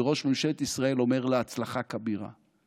וראש ממשלת ישראל אומר לה "הצלחה כבירה".